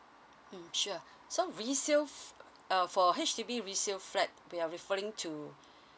mm sure so resale err for H_D_B resale flat we are referring to